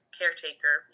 caretaker